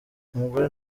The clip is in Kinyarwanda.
umugore